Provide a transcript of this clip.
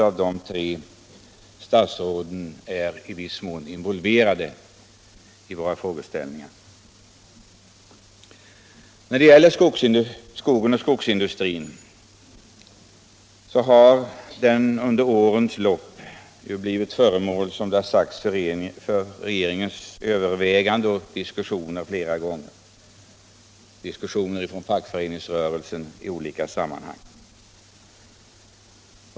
Dessa tre statsråd är i viss mån involverade i frågeställningarna. Skogen och skogsindustrin har, som det har sagts, under årens lopp blivit föremål för regeringens överväganden och diskussioner flera gånger samt för diskussioner inom fackföreningsrörelsen i olika sammanhang.